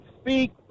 speak